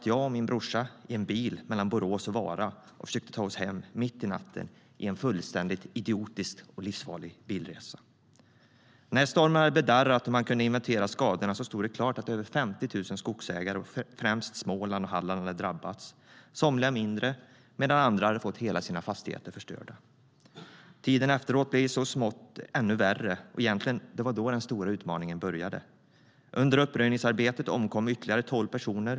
Jag och min brorsa satt i en bil mellan Borås och Vara och försökte ta oss hem mitt i natten, en fullständigt idiotisk och livsfarlig bilresa. Tiden efteråt blev i så måtto ännu värre, och det var egentligen då den stora utmaningen började. Under uppröjningsarbetet omkom ytterligare tolv personer.